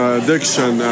addiction